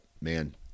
man